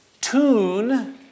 tune